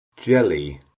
jelly